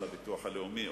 אדוני,